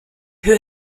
who